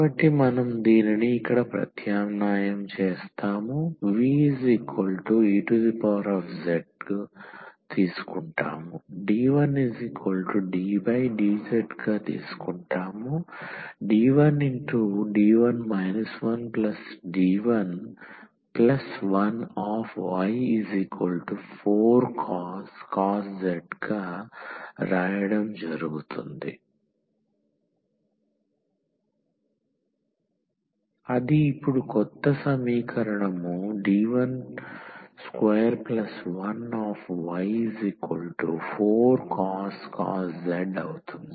కాబట్టి మనం దీనిని ఇక్కడ ప్రత్యామ్నాయం చేస్తాము vez D1ddz D1D1 1D11y4cos z అది ఇప్పుడు కొత్త సమీకరణం D121y4cos z అవుతుంది